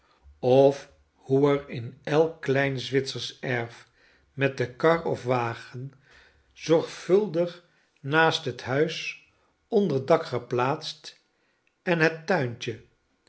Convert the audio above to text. of hoe er in elk klein zwitsersch erf met de kar of wagen zorgvuldig naast het huis onder dak geplaatst en het tuintje